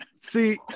See